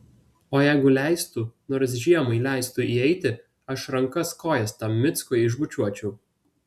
o jeigu leistų nors žiemai leistų įeiti aš rankas kojas tam mickui išbučiuočiau